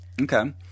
Okay